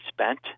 spent